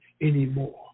anymore